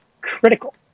critical